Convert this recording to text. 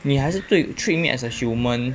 你还是对 to treat me as a human